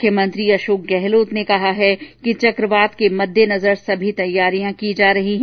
मुख्यमंत्री अशोक गहलोने कहा कि चकवात के मध्येनजर सभी तैयारियां की जा रही है